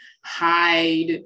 hide